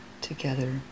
together